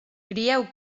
crieu